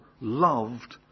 loved